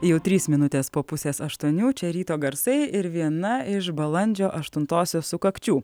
jau trys minutės po pusės aštuonių čia ryto garsai ir viena iš balandžio aštuntosios sukakčių